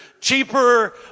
cheaper